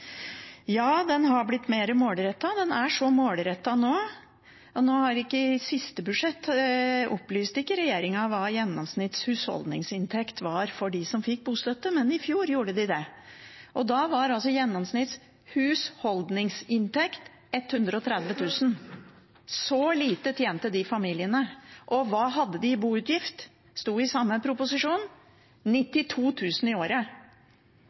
i siste budsjett opplyste ikke regjeringen hva en gjennomsnitts husholdningsinntekt var for dem som fikk bostøtte. Men i fjor gjorde de det. Da var en gjennomsnitts husholdningsinntekt på 130 000 kr. Så lite tjente de familiene. Og hva hadde de i boutgifter? Det sto i samme proposisjon – 92 000 kr i året.